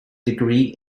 degree